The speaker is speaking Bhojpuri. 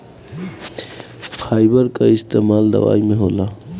फाइबर कअ इस्तेमाल दवाई में होला